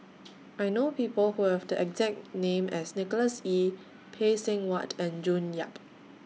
I know People Who Have The exact name as Nicholas Ee Phay Seng Whatt and June Yap